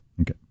Okay